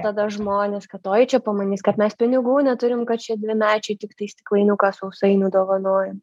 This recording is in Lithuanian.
tada žmonės kad oi čia pamanys kad mes pinigų neturim kad čia dvimečiui tiktai stiklainiuką sausainių dovanojam